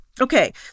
Okay